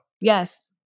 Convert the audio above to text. Yes